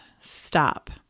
Stop